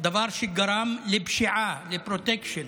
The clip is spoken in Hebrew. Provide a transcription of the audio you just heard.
שגרם לפשיעה, לפרוטקשן